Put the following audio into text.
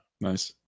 Nice